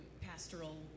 pastoral